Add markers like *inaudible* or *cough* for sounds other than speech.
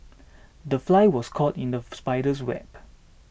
the fly was caught in the *noise* spider's web